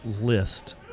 list